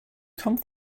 come